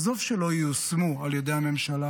עזוב שלא יושמו על ידי הממשלה